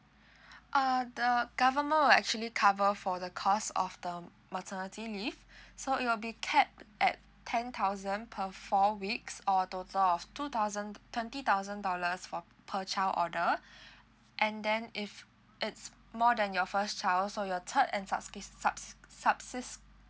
uh the government will actually cover for the cost of the maternity leave so it will be capped at ten thousand per four weeks or a total of two thousand twenty thousand dollars for per child order and then if it's more than your first child so your third and suspi~ sub~ sub~